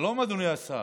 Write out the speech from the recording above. שלום, אדוני השר.